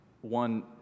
one